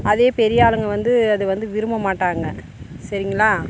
அதே பெரிய ஆளுங்க வந்து அது வந்து விரும்ப மாட்டாங்க சரிங்களா